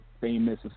famous